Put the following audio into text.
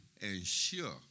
ensure